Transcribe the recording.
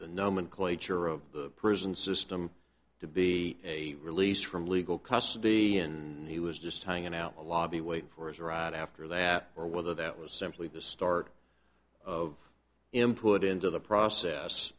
the nomenclature of the prison system to be a release from legal custody and he was just hanging out a lobby wait for his right after that or whether that was simply the start of him put into the process